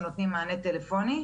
שנותנים מענה טלפוני,